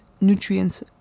nutrients